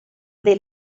dei